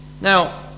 Now